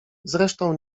zresztą